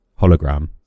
Hologram